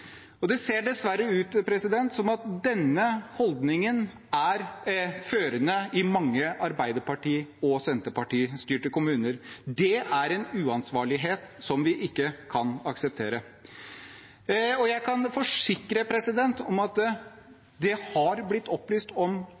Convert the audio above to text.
Det ser dessverre ut som at denne holdningen er førende i mange Arbeiderparti- og Senterparti-styrte kommuner. Det er en uansvarlighet som vi ikke kan akseptere. Jeg kan forsikre om at det har blitt opplyst om